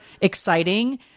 exciting